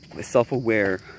self-aware